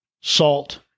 salt